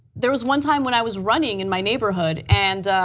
there was one time when i was running in my neighborhood, and